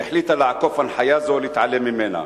שהחליטה לעקוף הנחיה זו ולהתעלם ממנה.